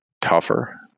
tougher